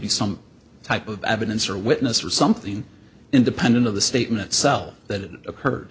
be some type of evidence or witness or something independent of the statement cell that occurred